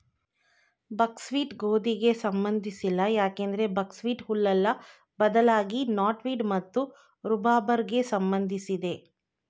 ಬಕ್ wheat ಗೋಧಿಗೆ ಸಂಬಂಧಿಸಿಲ್ಲ ಯಾಕಂದ್ರೆ ಬಕ್ಹ್ವೀಟ್ ಹುಲ್ಲಲ್ಲ ಬದ್ಲಾಗಿ ನಾಟ್ವೀಡ್ ಮತ್ತು ರೂಬಾರ್ಬೆಗೆ ಸಂಬಂಧಿಸಿದೆ